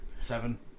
seven